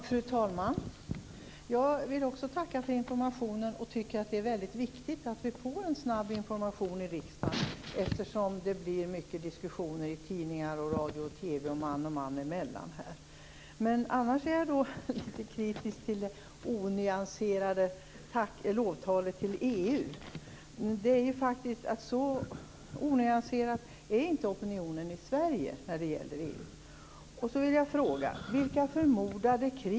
Fru talman! Jag vill också tacka för informationen och tycker att det är väldigt viktigt att vi får en snabb information i riksdagen, eftersom det blir mycket diskussioner i tidningar, radio, TV samt man och man emellan. Men jag är litet kritisk till det onyanserade lovtalet till EU. Så onyanserad är inte opinionen i Sverige när det gäller EU.